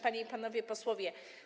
Panie i Panowie Posłowie!